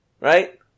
right